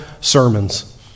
sermons